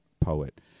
poet